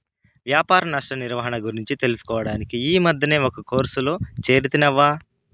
వ్యాపార నష్ట నిర్వహణ గురించి తెలుసుకోడానికి ఈ మద్దినే ఒక కోర్సులో చేరితిని అవ్వా